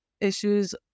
issues